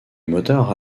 moteurs